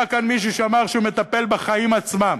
היה כאן מישהו שאמר שהוא מטפל בחיים עצמם,